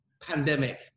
pandemic